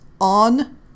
on